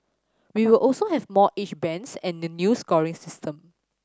we will also have more age bands and a new scoring system